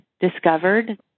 Discovered